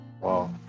Wow